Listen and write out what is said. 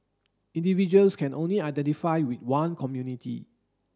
individuals can only identify with one community